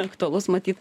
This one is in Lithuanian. aktualus matyt